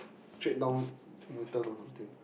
straight down Newton or something